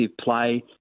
play